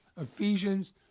Ephesians